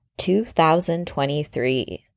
2023